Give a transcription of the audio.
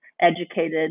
educated